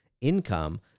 income